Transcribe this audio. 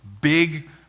big